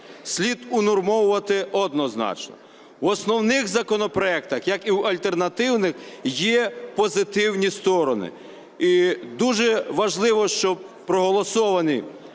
слід унормовувати однозначно. В основних законопроектах, як і в альтернативних, є позитивні сторони. І дуже важливо, щоб проголосований